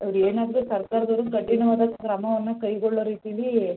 ಅವ್ರು ಏನಾದರೂ ಸರ್ಕಾರದವ್ರು ಕಠಿಣವಾದ ಕ್ರಮವನ್ನು ಕೈಗೊಳ್ಳೋ ರೀತಿಲಿ